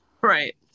right